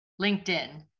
LinkedIn